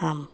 हम